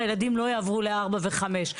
הילדים לא יעברו לארבע וחמש.